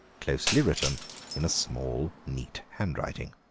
closely written in a small, neat handwriting.